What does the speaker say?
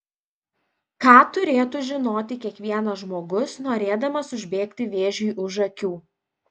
ką turėtų žinoti kiekvienas žmogus norėdamas užbėgti vėžiui už akių